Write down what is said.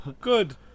Good